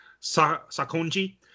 Sakonji